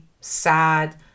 sad